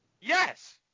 Yes